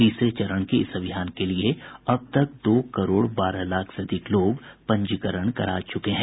तीसरे चरण के इस अभियान के लिए अब तक दो करोड़ बारह लाख से अधिक लोग पंजीकरण करा चुके हैं